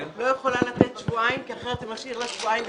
היא לא יכולה לתת שבועיים כי אחרת זה משאיר לה שבועיים בספטמבר,